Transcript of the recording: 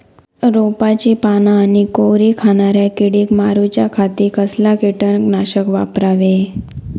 रोपाची पाना आनी कोवरी खाणाऱ्या किडीक मारूच्या खाती कसला किटकनाशक वापरावे?